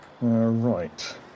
Right